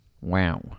Wow